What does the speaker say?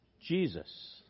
Jesus